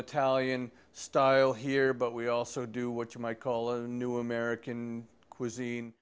italian style here but we also do what you might call a new american cuisine